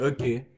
Okay